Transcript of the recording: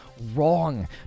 wrong